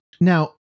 Now